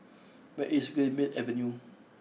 where is Greenmead Avenue